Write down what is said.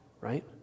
right